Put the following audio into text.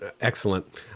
Excellent